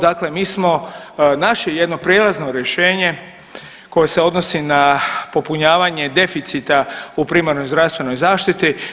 Dakle, mi smo naše jedno prijelazno rješenje koje se odnosi na popunjavanje deficita u primarnoj zdravstvenoj zaštiti.